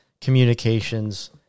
communications